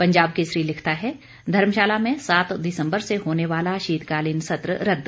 पंजाब केसरी लिखता है धर्मशाला में सात दिसम्बर से होने वाला शीतकालीन सत्र रदद